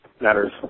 matters